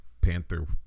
Panther